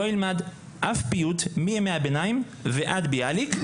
לא ילמד אף פיוט, מימי הביניים ועד ביאליק.